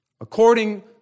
according